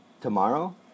Tomorrow